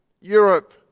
Europe